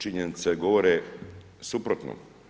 Činjenice govore suprotno.